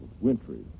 wintry